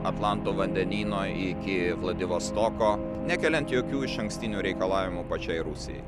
atlanto vandenyno iki vladivostoko nekeliant jokių išankstinių reikalavimų pačiai rusijai